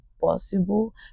possible